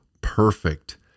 perfect